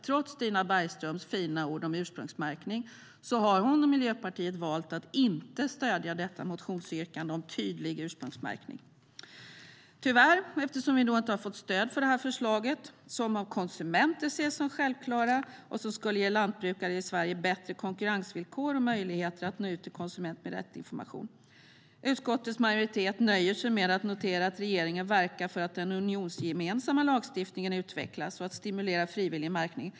Trots Stina Bergströms fina ord om ursprungsmärkning har hon och Miljöpartiet valt att inte stödja detta motionsyrkande om tydlig ursprungsmärkning. Tyvärr har vi inte fått stöd för det här förslaget, som av konsumenter ses som självklart och som skulle ge lantbrukare i Sverige bättre konkurrensvillkor och möjligheter att nå ut till konsument med rätt information. Utskottets majoritet nöjer sig med att notera att regeringen verkar för att den unionsgemensamma lagstiftningen utvecklas och för att stimulera frivillig märkning.